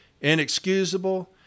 inexcusable